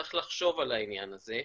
צריך לחשוב על העניין הזה.